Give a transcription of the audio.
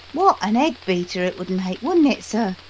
what an egg-beater it would make, wouldn't it, sir?